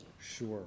Sure